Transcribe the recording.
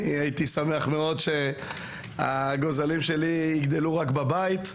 הייתי שמח מאוד שהגוזלים שלי יגדלו רק בבית.